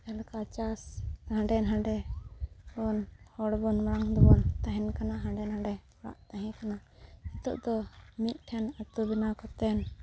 ᱞᱮᱠᱟ ᱪᱟᱥ ᱦᱟᱸᱰᱮ ᱱᱟᱸᱰᱮᱵᱚᱱ ᱦᱚᱲᱵᱚᱱ ᱢᱟᱲᱟᱝ ᱫᱚᱵᱚᱱ ᱛᱟᱦᱮᱱ ᱠᱟᱱᱟ ᱦᱟᱸᱰᱮ ᱱᱟᱸᱰᱮ ᱚᱲᱟᱜ ᱛᱟᱦᱮᱸᱠᱟᱱᱟ ᱱᱤᱛᱳᱜ ᱫᱚ ᱢᱤᱫ ᱴᱷᱮᱱ ᱟᱹᱛᱩ ᱵᱮᱱᱟᱣ ᱠᱟᱛᱮᱫ